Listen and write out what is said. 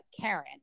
Karen